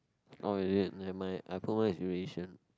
oh is it never mind I put mine is relation